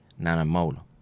nanomolar